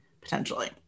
potentially